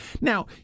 Now